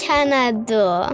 Canada